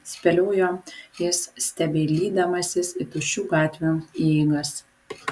spėliojo jis stebeilydamasis į tuščių gatvių įeigas